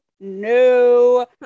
no